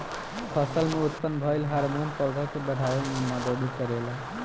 फसल में उत्पन्न भइल हार्मोन पौधा के बाढ़ावे में मदद करेला